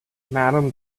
madam